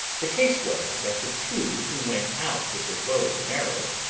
the case was, that the two who went out with their bows and arrows,